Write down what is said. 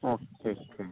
okay okay